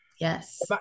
Yes